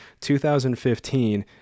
2015